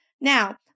Now